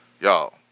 y'all